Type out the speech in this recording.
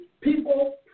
people